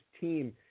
team